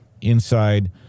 Inside